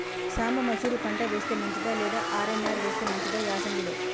సాంబ మషూరి పంట వేస్తే మంచిదా లేదా ఆర్.ఎన్.ఆర్ వేస్తే మంచిదా యాసంగి లో?